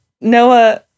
Noah